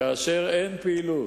כאשר אין פעילות